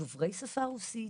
הם דוברי שפה רוסית,